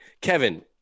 Kevin